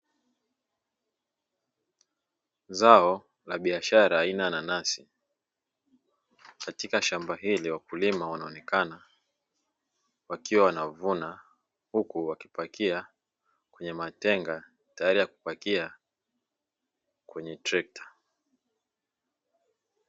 Zao la biashara aina ya nanasi, katika shamba hili wakulima wanaonekana wakiwa wanavuna huku wakipakia kwenye matenga tayari kupakia kwenye trekta.